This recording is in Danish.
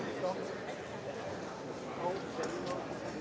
Tak